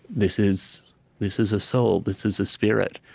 this is this is a soul. this is a spirit.